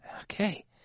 Okay